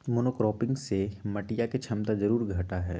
monocropping से मटिया के क्षमता जरूर घटा हई